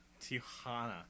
Tijuana